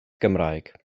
gymraeg